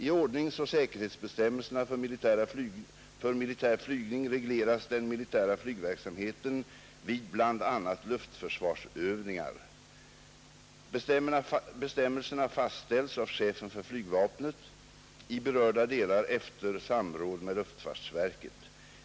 I ordningsoch säkerhetsbestämmelser för militär flygning regleras den militära flygverksamheten vid bl.a. ”luftförsvarsövningar”. Bestämmelserna fastställs av chefen för flygvapnet, i berörda delar efter samråd med luftfartsverket.